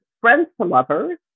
Friends-to-lovers